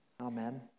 Amen